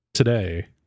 today